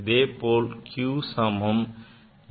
அதேபோல் q சமம் x by y